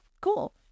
cool